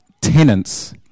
tenants